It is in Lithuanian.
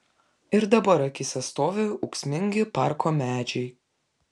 ir dabar akyse stovi ūksmingi parko medžiai